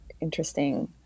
interesting